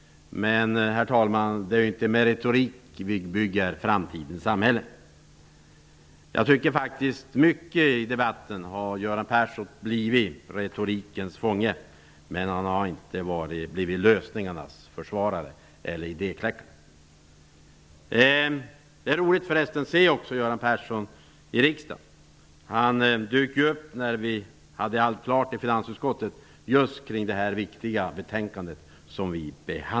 Men, herr talman, det är inte med retorik vi bygger framtidens samhälle. Jag tycker att i många delar av debatten har Göran Persson blivit retorikens fånge, men han har inte blivit lösningarnas försvarare eller idékläckare. Det är förresten roligt att se Göran Persson i riksdagen. Han dök ju upp när allt var klart i finansutskottet angående detta viktiga betänkande.